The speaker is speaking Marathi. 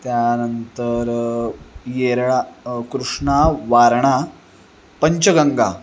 त्यानंतर येरळा कृष्णा वारणा पंचगंगा